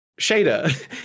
shader